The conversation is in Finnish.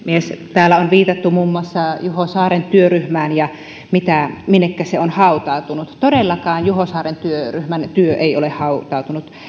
täällä on viitattu muun muassa juho saaren työryhmään ja siihen minnekä se on hautautunut juho saaren työryhmän työ ei todellakaan ole hautautunut